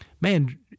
Man